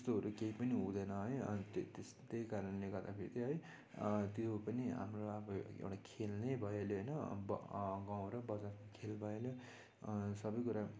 त्यस्तोहरू केही पनि हुँदैन है अनि त त्यस्तो कारणले गर्दाखेरि त है त्यो पनि हाम्रो अब एउटा खेल नै भइहाल्यो होइन अब सब कुरा